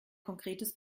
konkretes